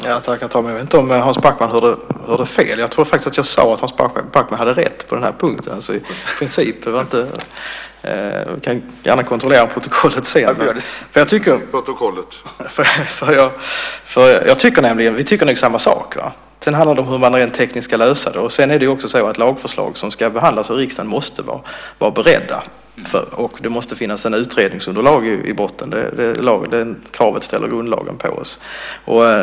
Herr talman! Jag vet inte om Hans Backman hörde fel. Jag tror faktiskt att jag sade att Hans Backman hade rätt på den här punkten. Han kan kontrollera det i protokollet sedan. Vi tycker nog samma sak. Sedan handlar det om hur man rent tekniskt ska lösa detta. Dessutom måste lagförslag som ska behandlas av riksdagen vara beredda, och det måste finnas ett utredningsunderlag i botten. Det kravet ställs i grundlagen på oss.